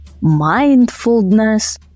mindfulness